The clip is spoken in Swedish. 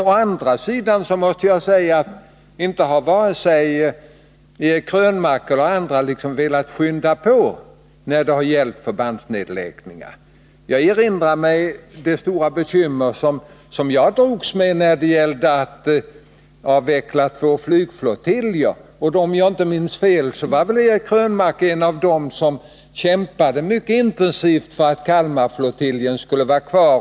Å andra sidan måste jag säga att varken Eric Krönmark eller någon annan har velat skynda på när det gällt förbandsnedläggningar. Jag erinrar mig det stora bekymmer som jag hade att dras med då det gällde att avveckla två flygflottiljer. Om jag inte minns fel var Eric Krönmark en av dem som kämpade mycket intensivt för att Kalmarflottiljen skulle få vara kvar.